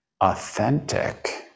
authentic